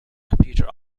computer